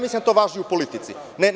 Mislim da to važi i u politici.